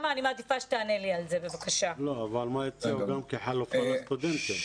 מה הציעו כחלופה לסטודנטים?